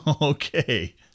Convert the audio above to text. Okay